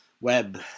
web